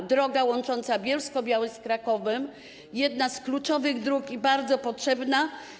To droga łącząca Bielsko-Białą z Krakowem, jedna z kluczowych dróg i bardzo potrzebna.